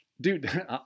dude